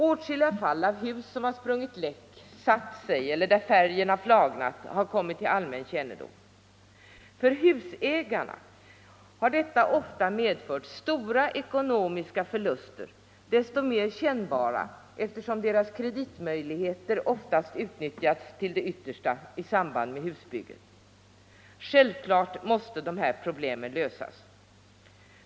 Åtskilliga fall av hus som sprungit läck eller satt sig eller där färgen på huset flagnat har kommit till allmän kännedom. För husägarna har detta ofta medfört stora ekonomiska förluster, desto mer kännbara som deras kreditmöjligheter oftast utnyttjats till det yttersta i samband med husbygget. Självklart måste dessa problem lösas.